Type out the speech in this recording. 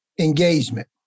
engagement